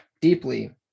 deeply